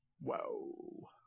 Whoa